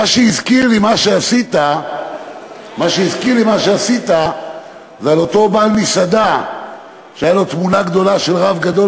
מה שעשית הזכיר לי את אותו בעל מסעדה שהייתה לו תמונה גדולה של רב גדול